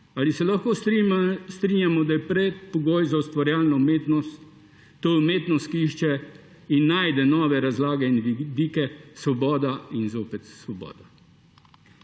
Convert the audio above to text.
ali se lahko strinjamo, da je predpogoj za ustvarjalno umetnost, umetnost, ki išče in najde nove razlage in vidike, svoboda in zopet svoboda?